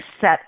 set